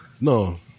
No